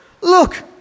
look